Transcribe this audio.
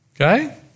Okay